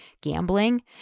gambling